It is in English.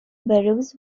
barrows